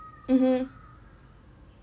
mmhmm